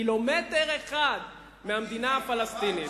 קילומטר אחד מהמדינה הפלסטינית.